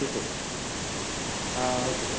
fees ആ okay sir